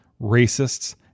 racists